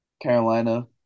Carolina